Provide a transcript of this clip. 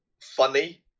funny